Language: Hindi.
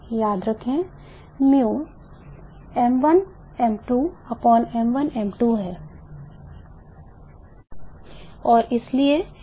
याद रखें mu m1 m2 m1 m2 है